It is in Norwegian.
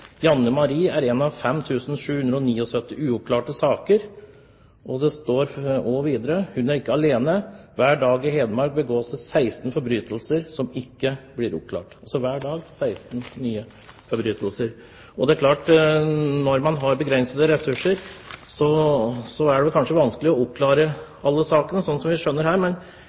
står videre: «Hun er ikke alene: Hver dag i Hedmark begås det 16 forbrytelser som ikke blir oppklart.» Altså hver dag 16 nye forbrytelser. Når man har begrensede ressurser, er det kanskje vanskelig å oppklare alle sakene, slik som vi skjønner her.